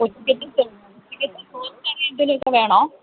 ഉച്ചയ്ക്ക് ചോറും കറിയുമൊക്കെ എന്തേലും വേണോ